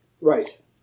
Right